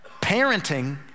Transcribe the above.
parenting